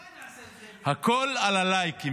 אולי נעשה את זה --- הכול על הלייקים,